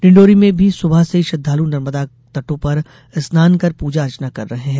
डिंडौरी में भी सुबह से ही श्रद्धालु नर्मदा तटों पर स्नान कर पूजा अर्चना कर रहे हैं